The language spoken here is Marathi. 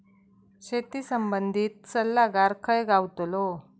शेती संबंधित सल्लागार खय गावतलो?